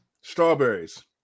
Strawberries